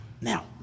now